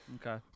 okay